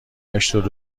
هشتاد